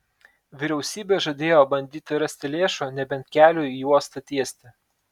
vyriausybė žadėjo bandyti rasti lėšų nebent keliui į uostą tiesti